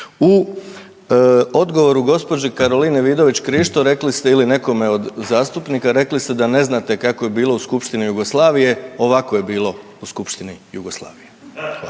U odgovoru gđi. Karolini Vidović Krišto rekli ste ili nekome od zastupnika, rekli ste da ne znate kako je bilo u Skupštini Jugoslavije, ovako je bilo u Skupštini Jugoslavije.